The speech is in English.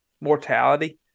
mortality